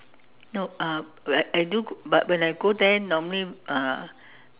nope uh I I do but when I go there normally uh